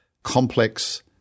complex